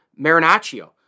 Marinaccio